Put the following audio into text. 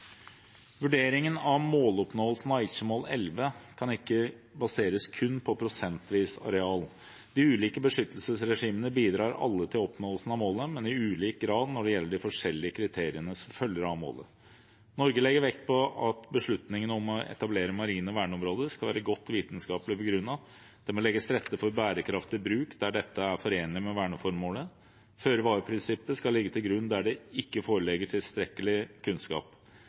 Vurderingen av måloppnåelsen av Aichi-mål 11 kan ikke baseres kun på prosentvis areal. De ulike beskyttelsesregimene bidrar alle til oppnåelsen av målet, men i ulik grad når det gjelder de forskjellige kriteriene som følger av målet. Norge legger vekt på at beslutninger om å etablere marine verneområder skal være godt vitenskapelig begrunnet. Det må legges til rette for bærekraftig bruk der dette er forenelig med verneformålet. Føre-var-prinsippet skal ligge til grunn der det ikke foreligger tilstrekkelig kunnskap.